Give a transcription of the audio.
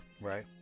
Right